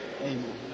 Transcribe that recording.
Amen